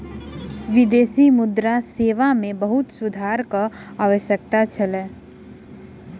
विदेशी मुद्रा सेवा मे बहुत सुधारक आवश्यकता छल